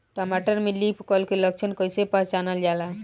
टमाटर में leaf curl के लक्षण कइसे पहचानल जाला?